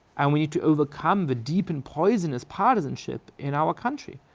and we need to overcome the deep and poisonous partisanship in our country.